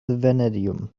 vanadium